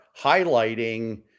highlighting